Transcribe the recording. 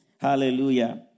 Hallelujah